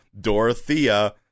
Dorothea